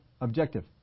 objective